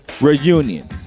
Reunion